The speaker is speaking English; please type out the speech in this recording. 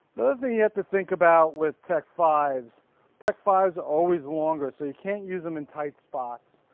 another thing you have to think about with tek five tek five s are always longer so you cant use them in tight spots.